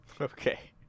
Okay